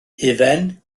hufen